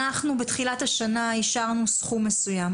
אנחנו בתחילת השנה אישרנו סכום מסוים,